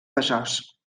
besòs